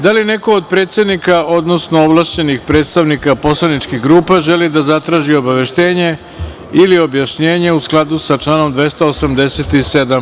Da li neko od predsednika, odnosno ovlašćenih predstavnika poslaničkih grupa želi da zatraži obaveštenje ili objašnjenje u skladu sa članom 287.